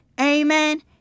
Amen